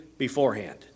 beforehand